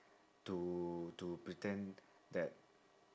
to to pretend that